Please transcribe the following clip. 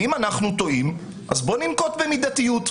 אם אנחנו טועים, בואו ננקוט במידתיות.